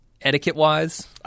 etiquette-wise